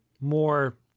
more